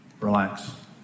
Relax